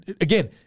Again